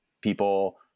People